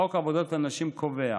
חוק עבודת נשים קובע